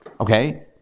okay